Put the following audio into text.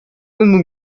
edmund